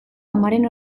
amaren